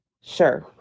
Sure